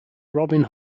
robin